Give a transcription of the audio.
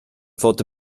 fod